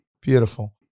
Beautiful